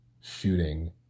shooting